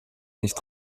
nicht